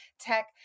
tech